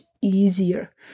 easier